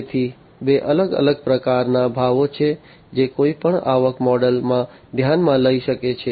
તેથી બે અલગ અલગ પ્રકારના ભાવો છે જે કોઈપણ આવકના મોડેલમાં ધ્યાનમાં લઈ શકાય છે